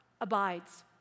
abides